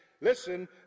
listen